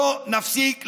לא נפסיק להיאבק,